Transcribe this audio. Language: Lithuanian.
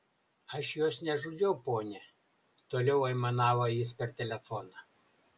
aš jos nežudžiau ponia toliau aimanavo jis per telefoną